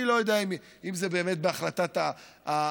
אני לא יודע אם זה באמת בהחלטת המנהיגות